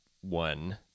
one